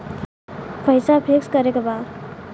पैसा पिक्स करके बा?